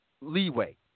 leeway